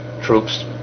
troops